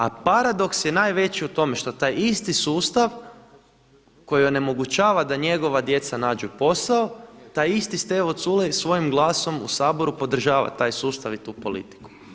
A paradoks je najveći u tome što taj isti sustav koji onemogućava da njegova djeca nađu posao taj isti Stevo Culej svojim glasom u Saboru podržava taj sustav i tu politiku.